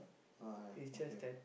ah okay